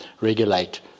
regulate